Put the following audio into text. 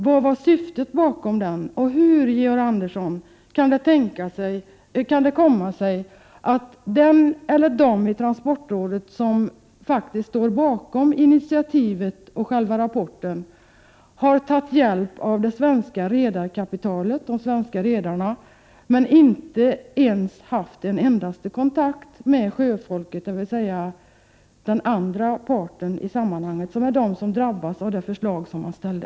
Vad var syftet bakom den? Och hur kan det komma sig att den eller de i transportrådet som faktiskt står bakom initiativet och själva rapporten har tagit hjälp av det svenska redarkapitalet men inte haft en enda kontakt med sjöfolket, den andra parten i sammanhanget, som är den som drabbas av det förslag som läggs fram?